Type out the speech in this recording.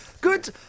good